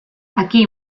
aquí